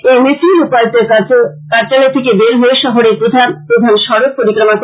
এই মিছিল উপায়ুক্তের কার্যালয় থেকে বের হয়ে শহরের প্রধান প্রধান সড়ক পরিক্রমা করে